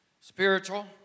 Spiritual